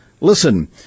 listen